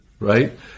right